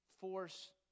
force